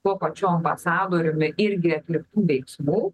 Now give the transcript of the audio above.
tuo pačiu ambasadoriumi irgi atliktų veiksmų